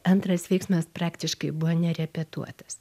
antras veiksmas praktiškai buvo nerepetuotas